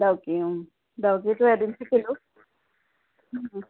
ডাউকি ডাউকিটো এদিন থাকিলো